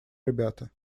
ребята